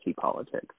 politics